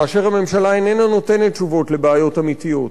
כאשר הממשלה איננה נותנת תשובות על בעיות אמיתיות,